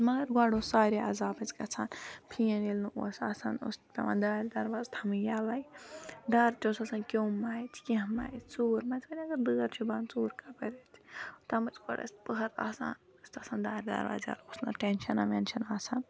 مگر گۄڈٕ اوس واریاہ عزاب اَسہِ گَژھان فِیَن ییٚلہِ نہٕ اوس آسان اوس پیوان دارِ دروازٕ تھاوٕنۍ یَلے ڈر تہِ اوس آسان کیوٚم ما اَژِ کینہہ ما اَژِ ژوٗر ما اَژِ وۄنۍ اَگر دٲر چھِ بنٛد ژوٗر کَپٲرۍ اَژِ اوٚتام اوس گۄڈٕ اَسہِ پٕہَرآسان پَتہٕ اوس آسان دارِ دروازٕ یَلہٕ اوس نہٕ ٹینشَنا وینشَنا آسان